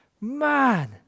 man